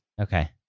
Okay